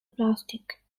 plastic